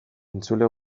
entzule